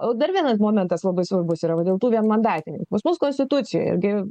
o dar vienas momentas labai svarbus yra va dėl tų vienmandatininkų pas mus konstitucijoj irgi